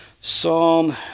psalm